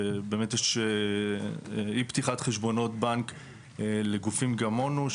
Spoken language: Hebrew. שבאמת יש אי פתיחת חשבונות בנק לגופים כמונו.